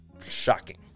Shocking